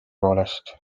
poolest